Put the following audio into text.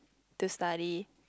to study